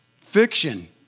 Fiction